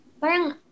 parang